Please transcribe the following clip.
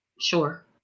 sure